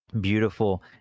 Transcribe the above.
beautiful